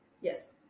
Yes